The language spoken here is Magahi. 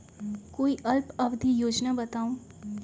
कोई अल्प अवधि योजना बताऊ?